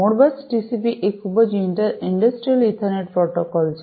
Modbus TCP એ ખૂબ જ ઇંડસ્ટ્રિયલ ઇથરનેટ પ્રોટોકોલ છે